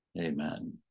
amen